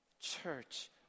church